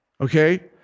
Okay